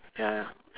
ya ya